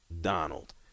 Donald